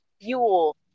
fuel